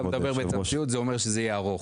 אם אתה מדבר בתמציתיות, זה אומר שזה יהיה ארוך.